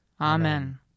Amen